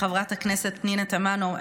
לחברת הכנסת פנינה תמנו,